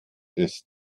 ist